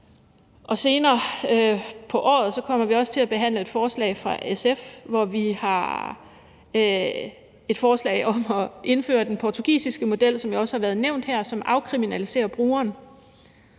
og senere på året kommer vi også til at behandle et forslag fra SF, hvor vi har et forslag om at indføre den portugisiske model, som jo også har været nævnt her, og som afkriminaliserer brugeren.